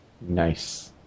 Nice